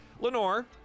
Lenore